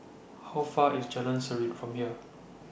How Far IS Jalan Serene from here